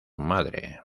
madre